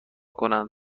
کنند